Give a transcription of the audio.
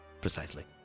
Precisely